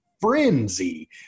frenzy